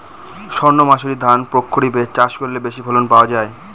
সর্ণমাসুরি ধান প্রক্ষরিপে চাষ করলে বেশি ফলন পাওয়া যায়?